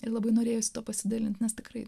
labai norėjosi pasidalinti nes tikrai